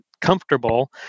comfortable